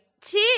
tip